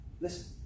Listen